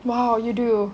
!wow! you do